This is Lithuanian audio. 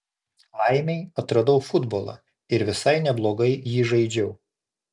laimei atradau futbolą ir visai neblogai jį žaidžiau